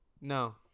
no